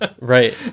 right